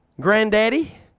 Granddaddy